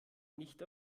nicht